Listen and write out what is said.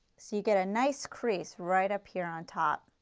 so you get a nice crease right up here on top.